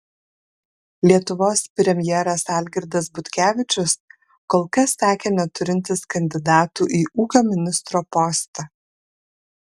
lietuvos premjeras algirdas butkevičius kol kas sakė neturintis kandidatų į ūkio ministro postą